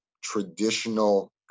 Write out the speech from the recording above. traditional